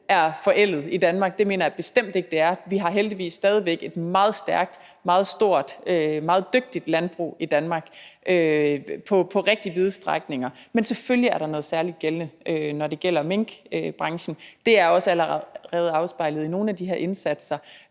er forældet i Danmark, for det mener jeg bestemt ikke det er. Vi har heldigvis stadig væk et meget stærkt, et meget stort og et meget dygtigt landbrug i Danmark på nogle rigtig vide strækninger. Men selvfølgelig er der noget særligt gældende, når det gælder minkbranchen. Det er også allerede afspejlet i nogle af de her indsatser,